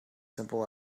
simple